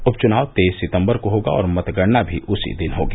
उपचुनाव तेईस सितंबर को होगा और मतगणना भी उसी दिन होगी